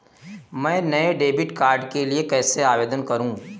मैं नए debit card के लिए कैसे आवेदन करूं?